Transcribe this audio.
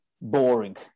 boring